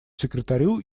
секретарю